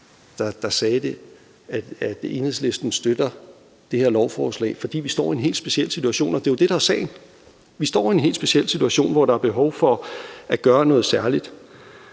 der sagde, at Enhedslisten støtter det her lovforslag, fordi vi står i en helt speciel situation. Det er jo det, der er sagen. Vi står i en helt speciel situation, hvor der er behov for at gøre noget særligt,